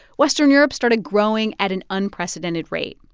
western europe started growing at an unprecedented rate.